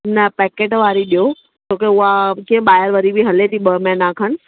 न पैकेट वारी ॾियो छो की उहा कीअं ॿाहिरि वरी बि हले थी ॿ महीना खनि